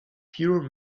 pure